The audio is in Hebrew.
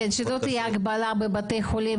שלא תהיה הגבלה בבתי חולים.